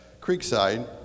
Creekside